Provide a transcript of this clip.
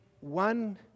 one